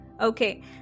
okay